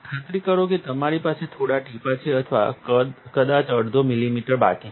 ખાતરી કરો કે તમારી પાસે થોડા ટીપાં છે અથવા કદાચ અડધો મિલિલીટર બાકી છે